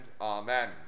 Amen